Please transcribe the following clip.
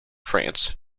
france